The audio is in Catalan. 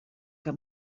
que